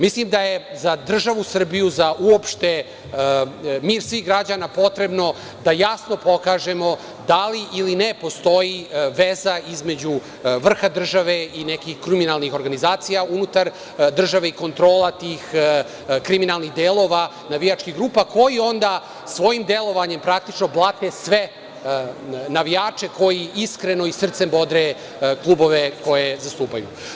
Mislim da je za državu Srbiju, uopšte svih građana, potrebno da jasno pokažemo da li ili ne postoji veza između vrha države i nekih kriminalnih organizacija unutar države i kontrola tih kriminalnih delova navijačkih grupa, koji onda svojim delovanjem praktično blate sve navijače koji iskreno i srcem bodre klubove koje zastupaju.